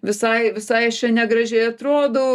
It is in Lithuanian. visai visai aš čia negražiai atrodau